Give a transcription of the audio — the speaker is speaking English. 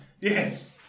Yes